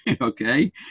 Okay